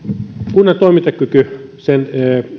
kunnan toimintakyky sen